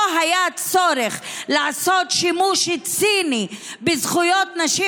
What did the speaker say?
לא היה צורך לעשות שימוש ציני בזכויות נשים